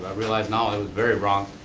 ah realize now it was very wrong.